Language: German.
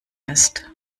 ist